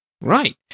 Right